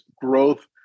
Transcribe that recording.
Growth